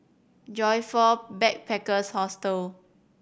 Joyfor Backpackers' Hostel